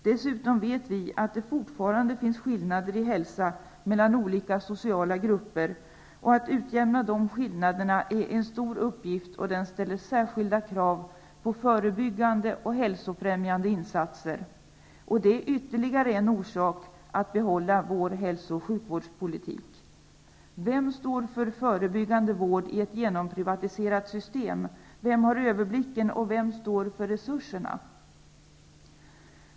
Dessutom vet vi att det fortfarande finns skillnader i hälsa mellan olika sociala grupper. Att utjämna dessa skillnader är en stor uppgift, och den ställer särskilda krav på förebyggande och hälsofrämjande insatser. Det är ytterligare en orsak till att behålla vår hälso och sjukvårdspolitik. Vem står för förebyggande vård i ett genomprivatiserat system? Vem har överblicken, och vem står för resurserna?